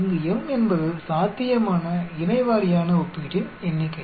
இங்கு m என்பது சாத்தியமான இணை - வாரியான ஒப்பீட்டின் எண்ணிக்கை